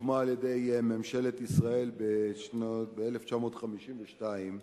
הוקמה על-ידי ממשלת ישראל בשנת 1952,